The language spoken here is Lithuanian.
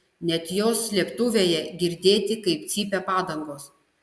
net jos slėptuvėje girdėti kaip cypia padangos